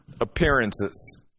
appearances